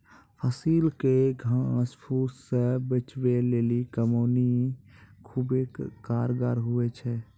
फसिल के घास फुस से बचबै लेली कमौनी खुबै कारगर हुवै छै